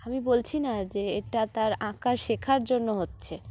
আমি বলছি না যে এটা তার আঁকার শেখার জন্য হচ্ছে